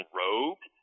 rogue